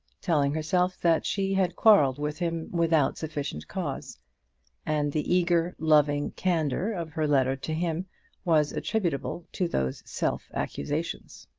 telling herself that she had quarrelled with him without sufficient cause and the eager, loving candour of her letter to him was attributable to those self-accusations.